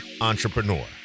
entrepreneur